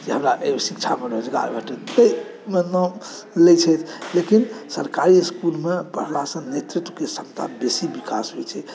जे हमरा एहि शिक्षामे रोजगार भेटै तऽ मतलब लै छथि लेकिन सरकारी स्कूलमे पढ़लासँ नेतृत्वके क्षमताके बेसी विकास होइ छै